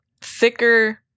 thicker